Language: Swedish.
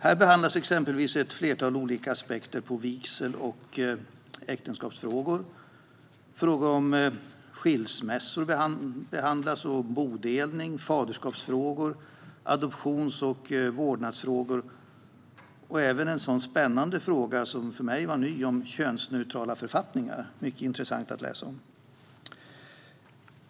Där behandlas exempelvis ett flertal olika aspekter på vigsel och äktenskapsfrågor, frågor om skilsmässa och bodelning, faderskapsfrågor, adoptions och vårdnadsfrågor och även en spännande fråga som var ny för mig, nämligen könsneutrala författningar, vilket var mycket intressant att läsa om.